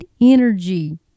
energy